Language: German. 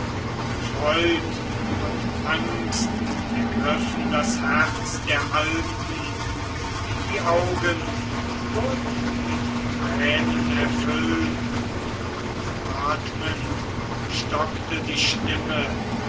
freud und angst ergriffen das herz der alten die augen wurden mit tränen erfüllt und atmend stockte die stimme